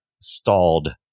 stalled